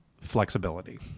flexibility